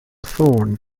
thorn